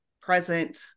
present